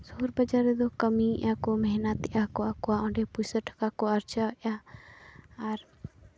ᱥᱚᱦᱚᱨ ᱵᱟᱡᱟᱨ ᱨᱮᱫᱚ ᱠᱟᱹᱢᱤᱭᱮᱫᱼᱟ ᱠᱚ ᱢᱮᱦᱱᱚᱛ ᱮᱜᱼᱟ ᱠᱚ ᱟᱠᱚᱣᱟᱜ ᱚᱸᱰᱮ ᱯᱩᱭᱥᱟᱹ ᱴᱟᱠᱟ ᱠᱚ ᱟᱨᱡᱟᱣ ᱮᱜᱼᱟ ᱟᱨ